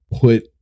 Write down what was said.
put